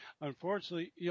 unfortunately